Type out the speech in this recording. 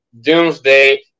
Doomsday